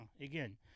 again